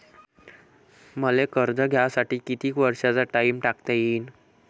मले कर्ज घ्यासाठी कितीक वर्षाचा टाइम टाकता येईन?